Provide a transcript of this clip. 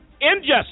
Injustice